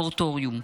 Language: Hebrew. מורטוריום,